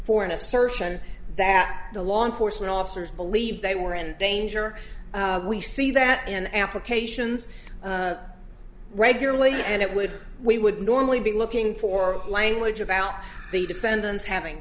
for an assertion that the law enforcement officers believed they were endanger we see that in applications regularly and it would we would normally be looking for language about the defendants having